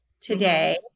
today